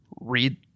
read